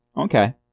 Okay